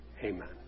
Amen